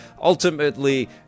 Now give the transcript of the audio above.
ultimately